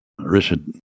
Richard